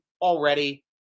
already